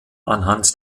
anhand